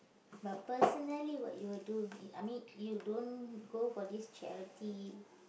but personally what you will do E~ I mean you don't go for this charity